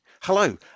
hello